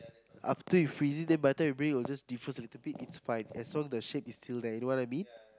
after you freeze it then by the time you bring it it will just defrost a little bit it's fine as long as the shape is still there you know what I mean